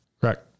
Correct